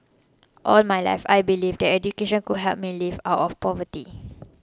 all my life I believed that education could help me lift out of poverty